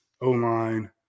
O-line